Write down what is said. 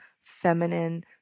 feminine